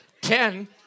Ten